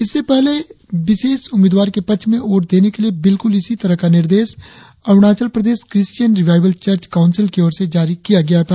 इससे पहले विशेष उम्मीदवार के पक्ष में वोट देने के लिए बिल्कुल इसी तरह का निर्देश Arunachal Pradesh Christian Revival Church Council की ओर से भी जारी किया गया था